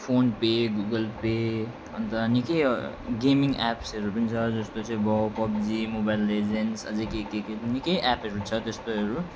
phone pay Google Pay अन्त निकै gaming एप्सहरू पनि जस्तो भयो पब्जी मोबाइल लेजेन्डस अझै के के निकै एपहरू छ त्यस्तोहरू